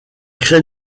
crée